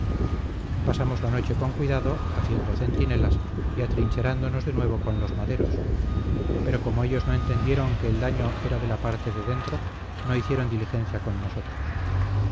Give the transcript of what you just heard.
pasamos la noche con cuidado haciendo centinelas y atrincherándonos de nuevo con los maderos pero como ellos no entendieron que el daño era de la parte de dentro no hicieron diligencia con nosotros